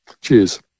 Cheers